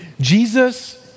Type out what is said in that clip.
Jesus